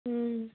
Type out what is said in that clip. ও